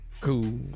cool